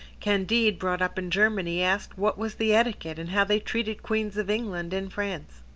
candide, brought up in germany, asked what was the etiquette, and how they treated queens of england in france.